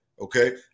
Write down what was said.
okay